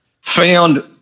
found